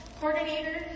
coordinator